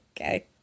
Okay